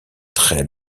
très